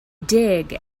dig